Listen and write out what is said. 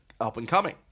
up-and-coming